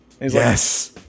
Yes